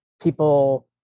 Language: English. people